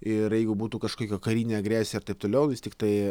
ir jeigu būtų kažkokia karinė agresija ir taip toliau vis tiktai